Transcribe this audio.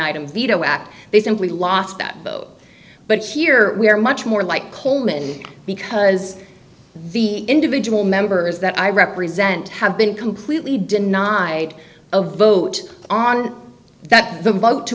item veto act they simply lost that vote but here we are much more like coleman because the individual members that i represent have been completely denied a vote on that vote to